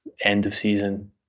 end-of-season